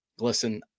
listen –